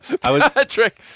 Patrick